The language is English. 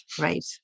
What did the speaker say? Right